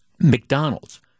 McDonald's